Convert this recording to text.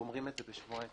גומרים את זה בשבועיים,